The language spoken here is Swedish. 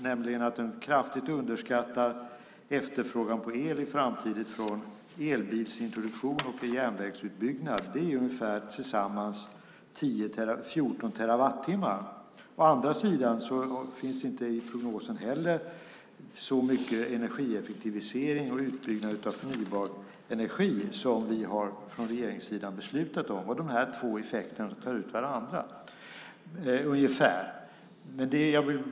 Den underskattar nämligen kraftigt efterfrågan på el från elbilsintroduktion och vid järnvägsutbyggnad i framtiden. Det är ungefär tillsammans 14 terawattimmar. Å andra sidan finns inte i prognosen så mycket energieffektivisering och utbyggnad av förnybar energi som vi från regeringssidan har beslutat om. De här två effekterna tar ungefär ut varandra.